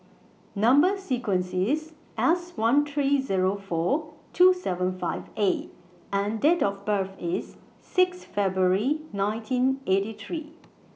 Number sequence IS S one three Zero four two seven five A and Date of birth IS six February nineteen eighty three